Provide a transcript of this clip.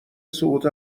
سقوط